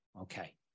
okay